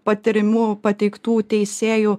patyrimu pateiktų teisėjų